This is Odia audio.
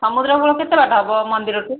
ସମୁଦ୍ର କୂଳ କେତେ ବାଟ ହେବ ମନ୍ଦିରଠୁ